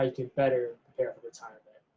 how you can better prepare for retirement.